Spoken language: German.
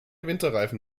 winterreifen